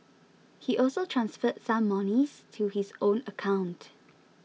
he also transferred some monies to his own account